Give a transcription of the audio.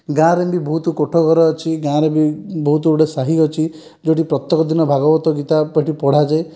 ଗାଁ ରେ ଏମିତି ବହୁତ କୋଠ ଘର ଅଛି ଗାଁ ରେ ବି ବହୁତ ଗୁଡ଼ିଏ ସାହି ଅଛି ଯୋଉଠି ପ୍ରତ୍ୟେକ ଦିନ ଭଗବତ୍ ଗୀତା ପଢ଼ାଯାଏ